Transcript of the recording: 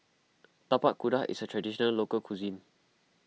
Tapak Kuda is a Traditional Local Cuisine